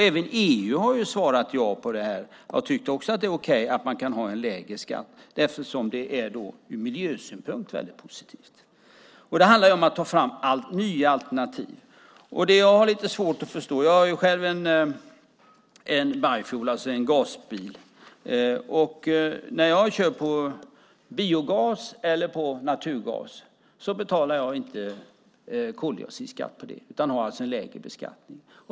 Även EU har svarat ja på det här, och tyckt att det har varit okej att man kan ha en lägre skatt eftersom det är positivt ur miljösynpunkt. Det handlar om att ta fram nya alternativ. Jag har själv en biofuelbil, det vill säga en gasbil. När jag kör på biogas eller på naturgas betalar jag inte koldioxidskatt på det, utan det blir en lägre beskattning.